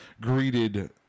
greeted